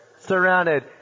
surrounded